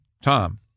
Tom